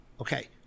Okay